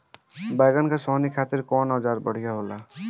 बैगन के सोहनी खातिर कौन औजार बढ़िया होला?